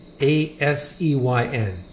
A-S-E-Y-N